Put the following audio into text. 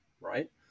right